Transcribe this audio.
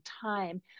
time